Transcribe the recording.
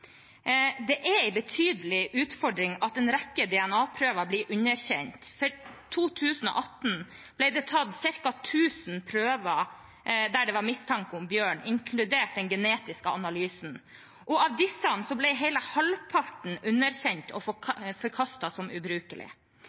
Det er en betydelig utfordring at en rekke DNA-prøver blir underkjent. For 2018 ble det tatt ca. 1 000 prøver der det var mistanke om bjørn, inkludert den genetiske analysen. Av disse ble hele halvparten underkjent og forkastet som